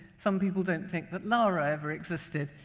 some people don't think that laura ever existed,